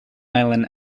island